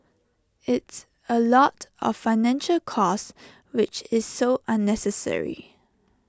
it's A lot of financial cost which is so unnecessary